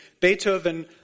Beethoven